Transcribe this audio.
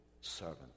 servant